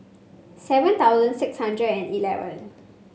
seven thousand six hundred and eleven